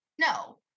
No